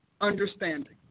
understanding